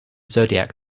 zodiac